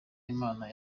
imana